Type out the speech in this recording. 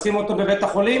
בבית החולים.